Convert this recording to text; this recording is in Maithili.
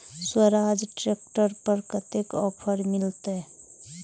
स्वराज ट्रैक्टर पर कतेक ऑफर मिलते?